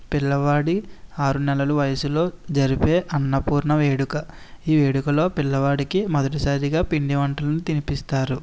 పిల్లవాడి ఆరు నెలలు వయసులో జరిపే అన్నపూర్ణ వేడుక ఈ వేడుకలో పిల్లవాడికి మొదటిసారిగా పిండి వంటలను తినిపిస్తారు